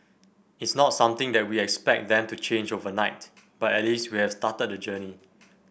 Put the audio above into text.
it's not something that we expect them to change overnight but at least we have started the journey